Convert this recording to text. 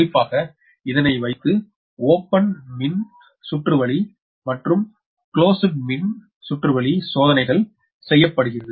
குறிப்பாக இதனை வைத்து ஓபன் மின் சுற்றுவலி மற்றும் கிளோஸ்ட் மின் சுற்றுவலி சோதனைகள் செய்யபடுகிறது